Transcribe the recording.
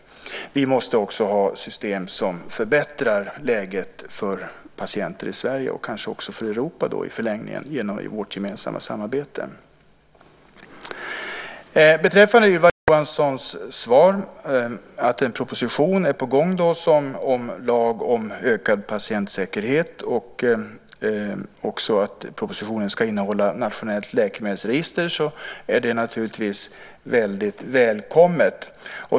Vi måste också ha system som förbättrar läget för patienter i Sverige och kanske också i Europa i förlängningen genom vårt samarbete. Beträffande Ylva Johanssons svar att en proposition är på gång om ökad patientsäkerhet och att den ska innehålla ett nationellt läkemedelsregister är det naturligtvis mycket välkommet.